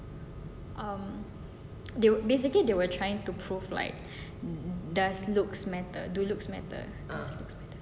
um they will basically they were trying to prove like does looks matter do looks matter